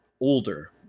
older